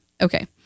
okay